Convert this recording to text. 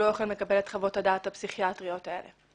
לא יכולים לקבל את חוות הדעת הפסיכיאטריות האלו.